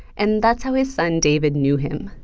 and that's how his son david knew him.